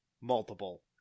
Multiple